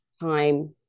time